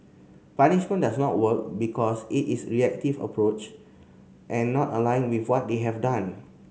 punishment does not work because it is reactive approach and not aligned with what they have done